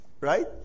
Right